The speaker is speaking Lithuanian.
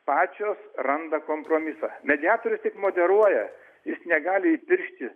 pačios randa kompromisą mediatorius tik moderuoja jis negali įpiršti